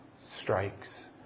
strikes